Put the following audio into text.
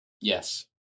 Yes